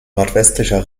nordwestlicher